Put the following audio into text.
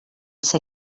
ser